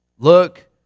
Look